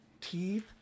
teeth